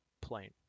plane